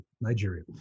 Nigeria